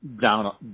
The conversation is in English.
down